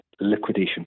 liquidation